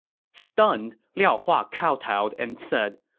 stunned, liao hua kowtowed and said,